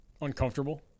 uncomfortable